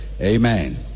Amen